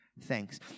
thanks